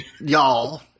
y'all